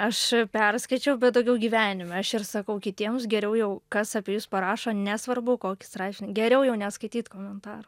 aš perskaičiau bet daugiau gyvenime aš ir sakau kitiems geriau jau kas apie jus parašo nesvarbu kokį straipsnį geriau jau neskaityt komentarų